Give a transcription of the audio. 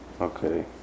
Okay